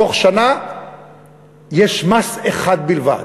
ובתוך שנה יש מס אחד בלבד.